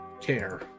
care